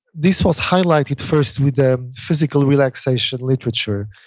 this was highlighted first with the physical relaxation literature.